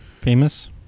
Famous